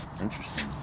Interesting